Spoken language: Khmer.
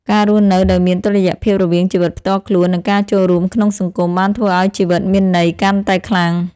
ការរស់នៅដោយមានតុល្យភាពរវាងជីវិតផ្ទាល់ខ្លួន និងការចូលរួមក្នុងសង្គម បានធ្វើឱ្យជីវិតមានន័យកាន់តែខ្លាំង។